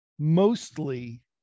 Mostly